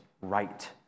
right